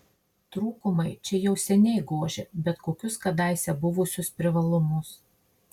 trūkumai čia jau seniai gožia bet kokius kadaise buvusius privalumus